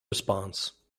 response